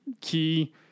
key